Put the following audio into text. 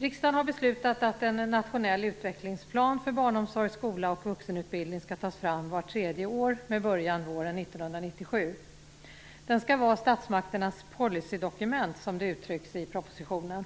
Riksdagen har beslutat att en nationell utvecklingsplan för barnomsorg, skola och vuxenutbildning skall tas fram vart tredje år med början våren 1997. Den skall vara statsmakternas policydokument, som det uttrycks i propositionen.